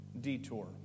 detour